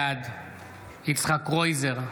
בעד יצחק קרויזר,